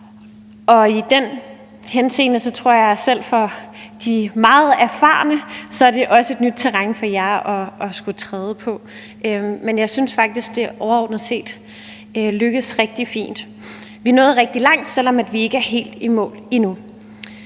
og i den henseende tror jeg også, at det selv for de meget erfarne er nyt terræn for jer at skulle betræde. Men jeg synes faktisk, at det overordnet set er lykkedes rigtig fint. Vi er nået rigtig langt, selv om vi ikke er helt i mål endnu.